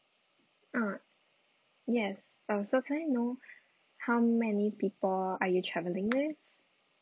uh yes uh so can I know how many people are you travelling with